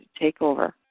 takeover